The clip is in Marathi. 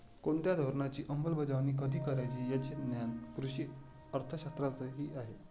कोणत्या धोरणाची अंमलबजावणी कधी करायची याचे ज्ञान कृषी अर्थशास्त्रातही आहे